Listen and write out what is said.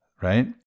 right